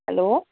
hello